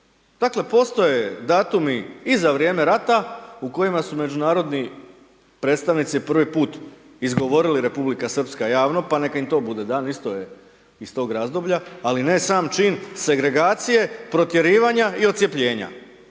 Dakle postoje datumi i za vrijeme rata u kojima su međunarodni predstavnici 1. put izgovorili Republika Srpska javno, pa neka im i to bude dan isto je iz tog razdoblja, ali ne sam čin segregacije, protjerivanja i odcjepljenja.